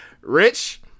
Rich